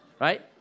Right